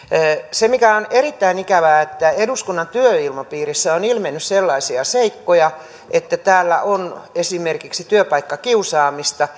se mikä on erittäin ikävää on että eduskunnan työilmapiirissä on ilmennyt sellaisia seikkoja että täällä on esimerkiksi työpaikkakiusaamista